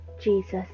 Jesus